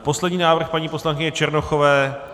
Poslední návrh paní poslankyně Černochové.